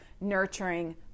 nurturing